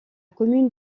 commune